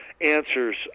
answers